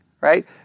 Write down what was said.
right